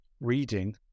reading